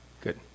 good